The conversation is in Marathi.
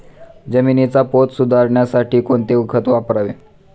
जमिनीचा पोत सुधारण्यासाठी कोणते खत वापरावे?